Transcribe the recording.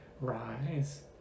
rise